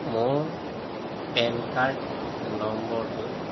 মোৰ PAN card নম্বৰটো